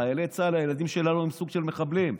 חיילי צה"ל, הילדים שלנו, הם סוג של מחבלים.